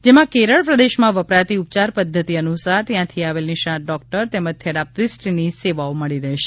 જેમાં કેરળ પ્રદેશમાં વપરાતી ઉપયાર પદ્ધતિ અનુસાર ત્યાંથી આવેલ નિષ્ણાત ડોક્ટર તેમજ થેરાપીસ્ટની સેવાઓ મળી રહેશે